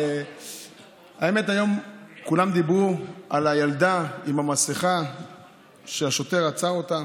היום כולם דיברו על הילדה עם המסכה שהשוטר עצר אותה.